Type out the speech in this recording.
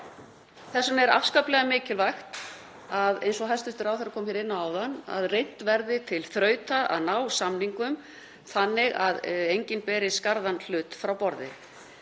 vegna er afskaplega mikilvægt, eins og hæstv. ráðherra kom inn á áðan, að reynt verði til þrautar að ná samningum þannig að enginn beri skarðan hlut frá borði.